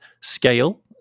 scale